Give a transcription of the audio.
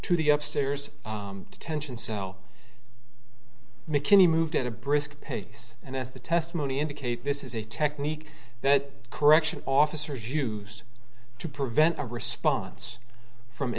to the up stairs detention cell mckinney moved at a brisk pace and as the testimony indicate this is a technique that correction officers use to prevent a response from